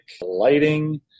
lighting